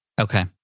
okay